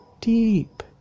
deep